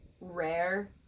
rare